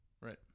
Right